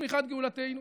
צמיחת גאולתנו.